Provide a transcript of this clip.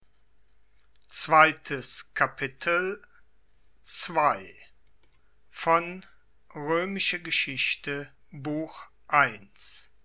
of römische geschichte